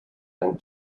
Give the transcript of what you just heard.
and